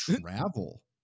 travel